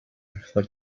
for